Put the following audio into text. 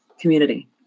community